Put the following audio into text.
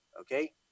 okay